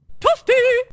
Toasty